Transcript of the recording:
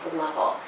level